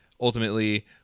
ultimately